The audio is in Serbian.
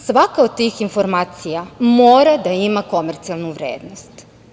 Svaka od tih informacija mora da ima komercijalnu vrednost.